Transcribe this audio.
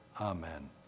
Amen